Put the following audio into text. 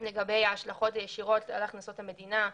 לגבי ההשלכות הישירות על תקציב המדינה.